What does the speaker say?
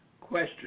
question